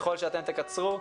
ככל שאתם תקצרו,